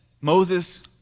Moses